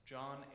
John